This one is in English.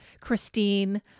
Christine